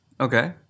Okay